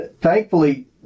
thankfully